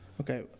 Okay